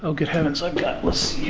ah good heavens. i've got